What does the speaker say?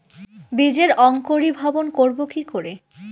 বীজের অঙ্কোরি ভবন করব কিকরে?